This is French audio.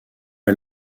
est